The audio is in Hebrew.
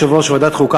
יושב-ראש ועדת החוקה,